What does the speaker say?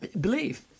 believe